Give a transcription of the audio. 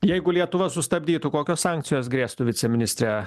jeigu lietuva sustabdytų kokios sankcijos grėstų viceministre